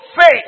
faith